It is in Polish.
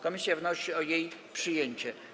Komisja wnosi o jej przyjęcie.